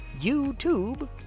YouTube